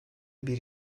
bir